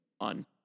on